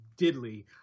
diddly